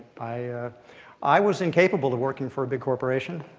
i i was incapable of working for a big corporation.